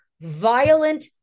violent